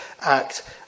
act